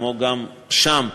כמו שם,